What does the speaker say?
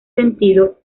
sentido